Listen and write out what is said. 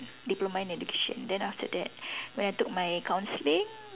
diploma in education then after that when I took my counselling